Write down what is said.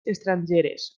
estrangeres